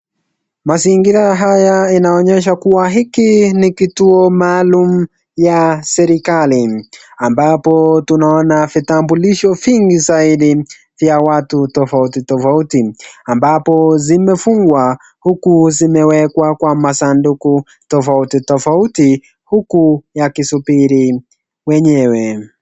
Mazingira haya inaonyesha kuwa hiki ni kituo maalum ya serikali ambapo tunaona vitambulisho vingi zaidi vya watu tofauti tofauti, ambapo zimefungwa huku zimewekwa kwa masanduku tofauti tofauti huku yakisubiri wenyewe.